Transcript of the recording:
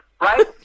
right